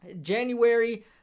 January